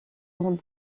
grande